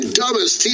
dumbest